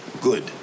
good